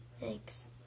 thanks